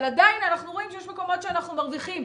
אבל עדיין אנחנו רואים שיש מקומות שאנחנו מרוויחים.